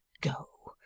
go,